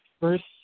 first